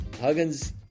Huggins